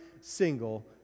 single